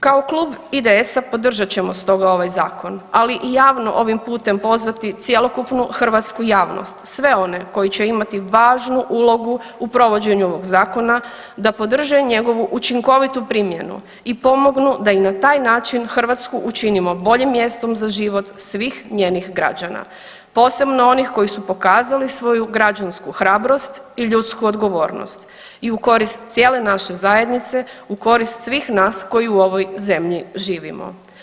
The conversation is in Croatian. Kao klub IDS-a podržat ćemo stoga ovaj zakon, ali i javno ovim putem pozvati cjelokupnu hrvatsku javnost, sve one koji će imati važnu ulogu u provođenju ovog zakona da podrže njegovu učinkovitu primjenu i pomognu da i na taj način Hrvatsku učinimo boljim mjestom za život svih njenih građana posebno onih koji su pokazali svoju građansku hrabrost i ljudsku odgovornost i u korist cijele naše zajednice, u korist svih nas koji u ovoj zemlji živimo.